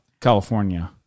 California